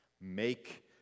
Make